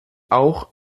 auch